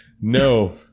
no